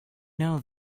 know